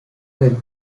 del